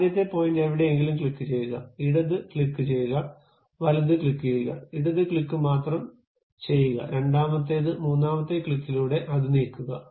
ആദ്യത്തെ പോയിന്റ് എവിടെയെങ്കിലും ക്ലിക്കുചെയ്യുക ഇടത് ക്ലിക്കുചെയ്യുക വലത് ക്ലിക്കുചെയ്യുക ഇടത് ക്ലിക്കു മാത്രം ചെയ്യുകരണ്ടാമത്തേത് മൂന്നാമത്തെ ക്ലിക്കിലൂടെ അത് നീക്കുക